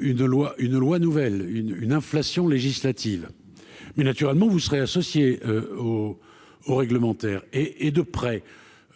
une loi, une loi nouvelle une, une inflation législative mais naturellement, vous serez associés au au réglementaire et et de près